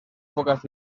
pocas